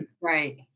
Right